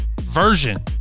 version